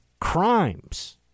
crimes